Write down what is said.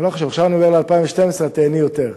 עכשיו אני עובר ל-2012, את תיהני יותר.